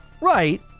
right